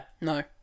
No